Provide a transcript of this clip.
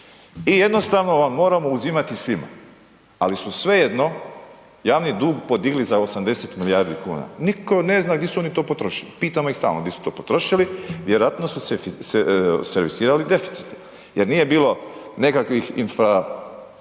i jednostavno vam moramo uzimati svima ali su svejedno javni dug podigli za 80 milijardi kuna, nitko ne zna di su oni to potrošili, pitamo ih stalno di su to potrošili, vjerojatno su servisirali deficite jer nije bilo nekakva infrastrukturnih